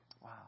Wow